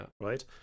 right